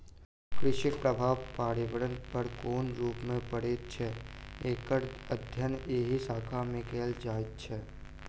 कृषिक प्रभाव पर्यावरण पर कोन रूप मे पड़ैत छै, एकर अध्ययन एहि शाखा मे कयल जाइत छै